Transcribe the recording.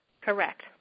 correct